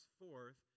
forth